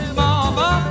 mama